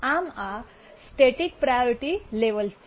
આમ આ static priority levels છે